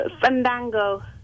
Fandango